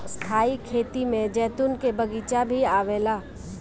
स्थाई खेती में जैतून के बगीचा भी आवेला